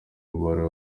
wari